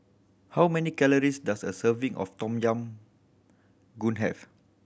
how many calories does a serving of Tom Yam Goong have